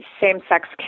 same-sex